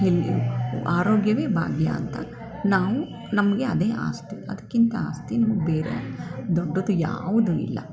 ಎಲ್ಲಿ ಆರೋಗ್ಯವೇ ಭಾಗ್ಯ ಅಂತ ನಾವು ನಮಗೆ ಅದೇ ಆಸ್ತಿ ಅದಕ್ಕಿಂತ ಆಸ್ತಿ ನಮ್ಗೆ ಬೇರೆ ದೊಡ್ಡದು ಯಾವುದೂ ಇಲ್ಲ